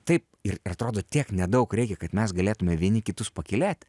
taip ir ir atrodo tiek nedaug reikia kad mes galėtume vieni kitus pakylėt